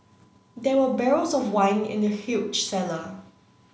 there were barrels of wine in the huge cellar